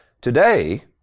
today